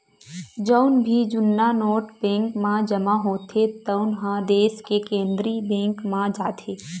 जउन भी जुन्ना नोट बेंक म जमा होथे तउन ह देस के केंद्रीय बेंक म जाथे